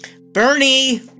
Bernie